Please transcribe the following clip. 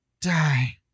die